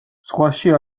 ზღვაში